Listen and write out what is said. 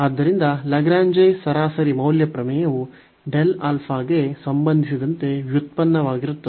ಆದ್ದರಿಂದ ಲಾಗ್ರೇಂಜ್ ಸರಾಸರಿ ಮೌಲ್ಯ ಪ್ರಮೇಯವು ಗೆ ಸಂಬಂಧಿಸಿದಂತೆ ವ್ಯುತ್ಪನ್ನವಾಗಿರುತ್ತದೆ